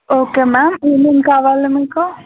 okay ma'am ఏమేం కావాలి మీకు